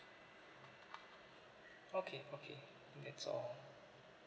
okay okay that's all